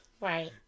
Right